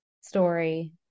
story